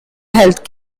health